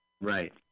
Right